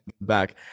back